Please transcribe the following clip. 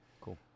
Cool